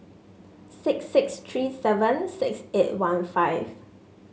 six six three seven six eight one five